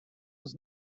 his